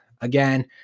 Again